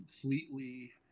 completely